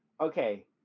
okay